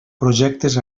projectes